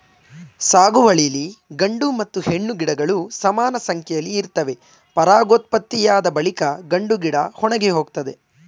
ಸಾಗುವಳಿಲಿ ಗಂಡು ಮತ್ತು ಹೆಣ್ಣು ಗಿಡಗಳು ಸಮಾನಸಂಖ್ಯೆಲಿ ಇರ್ತವೆ ಪರಾಗೋತ್ಪತ್ತಿಯಾದ ಬಳಿಕ ಗಂಡುಗಿಡ ಒಣಗಿಹೋಗ್ತದೆ